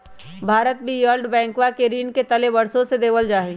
भारत भी वर्ल्ड बैंकवा के ऋण के तले वर्षों से दबल हई